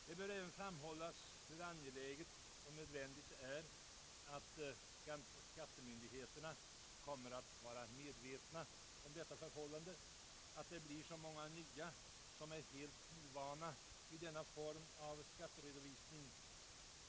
Det bör även framhållas hur angeläget och nödvändigt det är att skattemyndigheterna är medvetna om att det blir så många nya, som är helt ovana vid denna form av skatteredovisning.